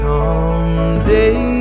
Someday